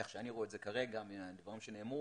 איך שאני רואה את זה כרגע מהדברים שנאמרו,